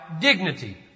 dignity